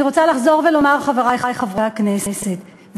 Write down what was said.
חברי חברי הכנסת,